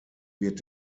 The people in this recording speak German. wird